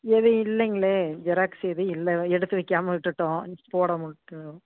எதுவும் இல்லைங்களே ஜெராக்ஸ் எதுவும் இல்லை எடுத்து வைக்காமல் விட்டுவிட்டோம் போறோம்ன்ட்டு